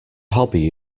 hobby